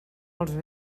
els